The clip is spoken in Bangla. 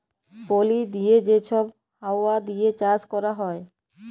পলি দিঁয়ে যে ছব হাউয়া দিঁয়ে চাষ ক্যরা হ্যয়